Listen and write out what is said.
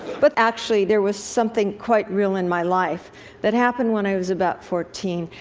but actually, there was something quite real in my life that happened when i was about fourteen.